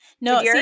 No